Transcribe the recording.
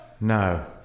No